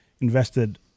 invested